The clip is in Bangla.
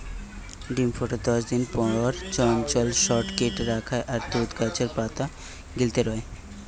ডিম ফুটার দশদিন পর চঞ্চল শুক কিট বারায় আর তুত গাছের পাতা গিলতে রয়